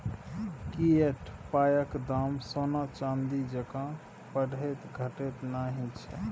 fiat पायक दाम सोना चानी जेंका बढ़ैत घटैत नहि छै